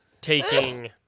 taking